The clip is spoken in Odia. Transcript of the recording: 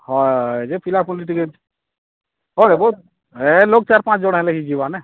ହଏ ଯେ ପିଲାପୁଲି ଟିକେ ହଁ ନେବୁ ହେ ଲୋକ୍ ଚାର୍ ପାଞ୍ଚଜଣ ହେଲେ ହେଇଯିବା ନା